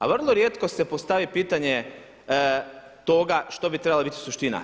A vrlo rijetko se postavi pitanje toga što bi trebala biti suština.